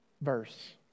verse